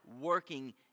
working